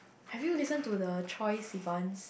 have you listen to the Troye-Sivan's